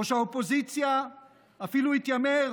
ראש האופוזיציה אפילו התיימר,